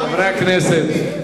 חברי הכנסת.